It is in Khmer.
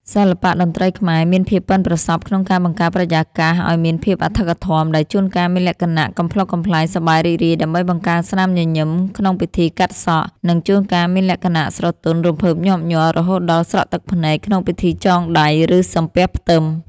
សិល្បៈតន្ត្រីខ្មែរមានភាពប៉ិនប្រសប់ក្នុងការបង្កើតបរិយាកាសឱ្យមានភាពអធិកអធម ដែលជួនកាលមានលក្ខណៈកំប្លុកកំប្លែងសប្បាយរីករាយដើម្បីបង្កើនស្នាមញញឹមក្នុងពិធីកាត់សក់ និងជួនកាលមានលក្ខណៈស្រទន់រំភើបញាប់ញ័ររហូតដល់ស្រក់ទឹកភ្នែកក្នុងពិធីចងដៃ ឬសំពះផ្ទឹម។